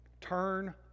Turn